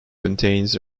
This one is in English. contains